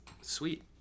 Sweet